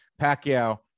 Pacquiao